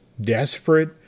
desperate